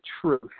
truth